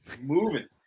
moving